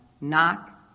Knock